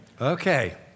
Okay